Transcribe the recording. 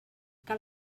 cal